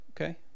Okay